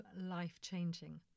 life-changing